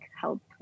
help